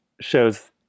shows